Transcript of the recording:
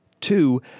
two